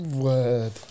word